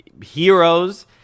heroes